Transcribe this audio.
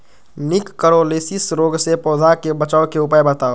निककरोलीसिस रोग से पौधा के बचाव के उपाय बताऊ?